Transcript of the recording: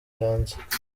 hanze